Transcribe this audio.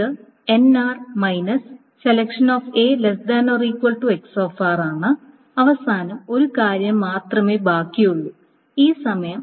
ഇത് ആണ് അവസാനം ഒരു കാര്യം മാത്രമേ ബാക്കിയുള്ളൂ ഈ സമയം